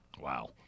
Wow